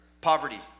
Poverty